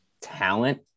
talent